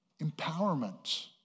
empowerment